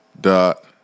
dot